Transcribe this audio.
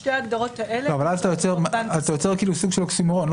שתי ההגדרות --- אבל אז נוצר סוג של אוקסימורון,